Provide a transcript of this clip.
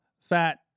fat